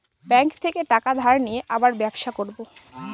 bank থেকে টাকা ধার নিয়ে আবার ব্যবসা করবো